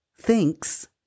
thinks